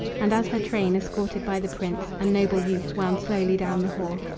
and as her train, escorted by the prince and noble youth, wound slowly down the hill,